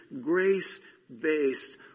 grace-based